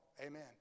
Amen